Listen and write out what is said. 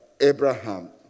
Abraham